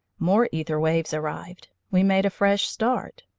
more aether waves arrived, we made a fresh start,